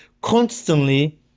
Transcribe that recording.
constantly